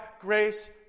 grace